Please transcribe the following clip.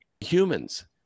humans